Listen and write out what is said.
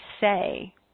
say